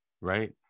Right